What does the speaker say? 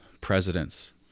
presidents